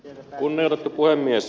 kunnioitettu puhemies